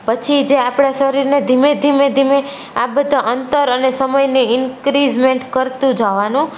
પછી જે આપણા શરીરને ધીમે ધીમે ધીમે આ બધા અંતર અને સમયને ઇન્ક્રીઝમેન્ટ કરતું જાવાનું